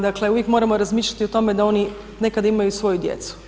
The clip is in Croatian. Dakle, uvijek moramo razmišljati o tome da oni nekad imaju svoju djecu.